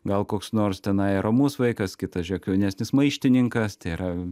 gal koks nors tenai ramus vaikas kitas žiek jaunesnis maištininkas tai yra